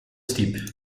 stip